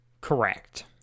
Correct